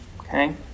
Okay